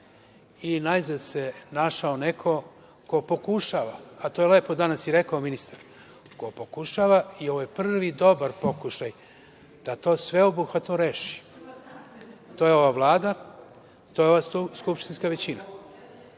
i najzad se našao neko ko pokušava, a to je lepo danas i rekao ministar, ko pokušava i ovo je prvi dobar pokušaj da to sveobuhvatno reši. To je ova Vlada, to je ova skupštinska većina. Mnogi